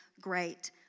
great